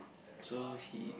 so he